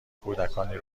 کودکانی